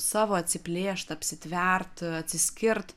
savo atsiplėšt apsitvert atsiskirt